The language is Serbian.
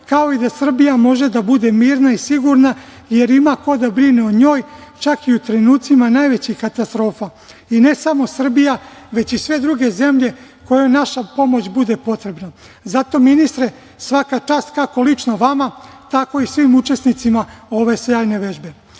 kao i da Srbija može da bude mirna i sigurna jer ima ko da brine o njoj, čak i u trenucima najvećih katastrofa, i ne samo Srbija već i sve druge zemlje kojima naša pomoć bude potrebna. Zato ministre, svaka čast kako lično vama, tako i svim učesnicima ove sjajne